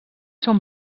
són